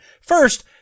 First